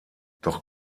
doch